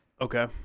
Okay